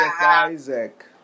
Isaac